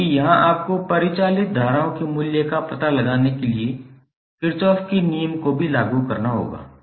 क्योंकि यहां आपको परिचालित धाराओं के मूल्य का पता लगाने के लिए किरचॉफ के नियम को भी लागू करना होगा